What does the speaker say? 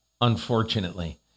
unfortunately